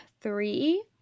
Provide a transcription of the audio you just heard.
three